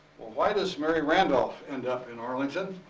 why this mary randolph end up in arlington?